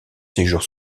séjours